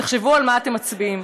תחשבו על מה אתם מצביעים.